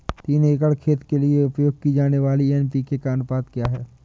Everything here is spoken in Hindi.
तीन एकड़ खेत के लिए उपयोग की जाने वाली एन.पी.के का अनुपात क्या है?